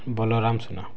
Balaram Suna